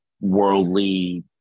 worldly